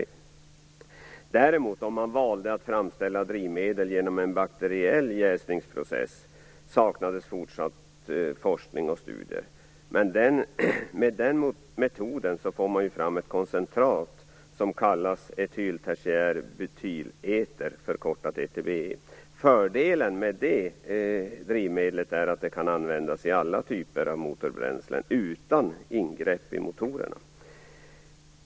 Om man däremot skulle välja att framställa drivmedel genom en bakteriell jäsningsprocess behövdes mer forskning och studier. Med den metoden får man fram ett koncentrat, som kallas etyl-tertierbutyleter, förkortar ETBE. Fördelen med det drivmedlet är att det kan användas i alla typer av motorbränslen, utan några ingrepp i motorerna.